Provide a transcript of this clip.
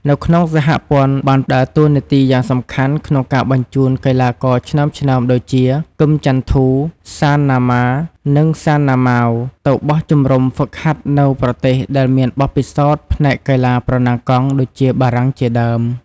នៅក្នុងសហព័ន្ធបានដើរតួនាទីយ៉ាងសំខាន់ក្នុងការបញ្ជូនកីឡាករឆ្នើមៗដូចជា គឹម ចាន់ធូ, សាន ណាម៉ា, និង សាន ណាម៉ាវ ទៅបោះជំរំហ្វឹកហាត់នៅប្រទេសដែលមានបទពិសោធន៍ផ្នែកកីឡាប្រណាំងកង់ដូចជា បារាំងជាដើម។